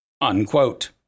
Unquote